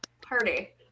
party